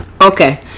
Okay